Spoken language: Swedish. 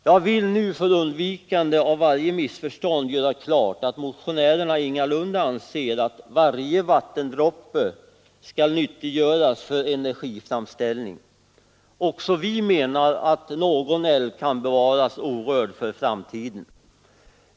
Jag vill nu för undvikande av varje missförstånd göra klart att motionärerna ingalunda anser att varje vattendroppe skall nyttiggöras för energiframställning. Också vi menar att någon älv kan bevaras orörd för framtiden.